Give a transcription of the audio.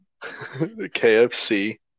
KFC